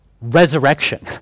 resurrection